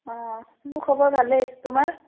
অঁ মোৰ খবৰ ভালেই তোমাৰ